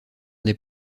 des